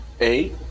Eight